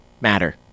matter